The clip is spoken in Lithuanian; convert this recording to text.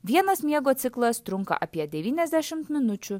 vienas miego ciklas trunka apie devyniasdešimt minučių